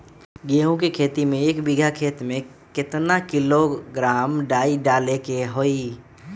गेहूं के खेती में एक बीघा खेत में केतना किलोग्राम डाई डाले के होई?